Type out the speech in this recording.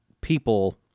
people